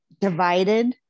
divided